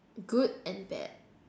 good and bad